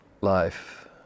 life